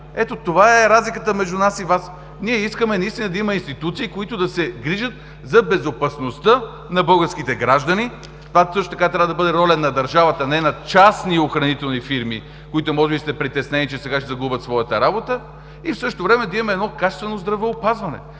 Ето това е разликата между нас и Вас. Ние искаме наистина да има институции, които да се грижат за безопасността на българските граждани. Това също така трябва да бъде роля на държавата, а не на частни охранителни фирми, които може би са притеснени, че сега ще загубят своята работа. И в същото време да имаме едно качествено здравеопазване.